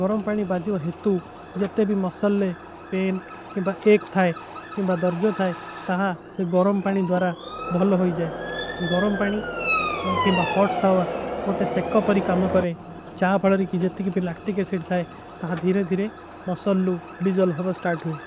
ଗରମ ପାଣୀ ବାଜୀ ଵୋ ହିତ୍ତୁ ଜତେ ଭୀ ମସଲ ଲେ ପେନ କେଂବା। ଏକ ଥାଈ କେଂବା ଦର୍ଜୋ ଥାଈ ତାହା ସେ ଗରମ ପାଣୀ ଦ୍ଵାରା ବହଲ ହୋଈ ଜାଏ ଗରମ। ପାଣୀ କେଂବା ହୋଟ ସାଵାର ଓଟେ ସେକ୍କା ପରୀ କାମା କରେଂ ଚା ପଡାରୀ କୀ ଜତେ। କୀ ପିଲାକ୍ଟିକ ଏସିଟ ଥାଈ ତାହା ଧୀରେ ଧୀରେ ମସଲ ଲୂ ଡିଜଲ ହୋନା ସ୍ଟାର୍ଟ ହୁଏ।